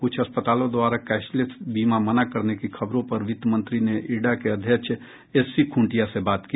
कुछ अस्पतालों द्वारा कैशलेस बीमा मना करने की खबरों पर वित्त मंत्री ने इरडा के अध्यक्ष एससी खूंटिया से बात की